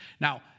Now